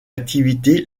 activité